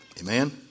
Amen